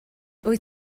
wyt